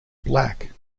black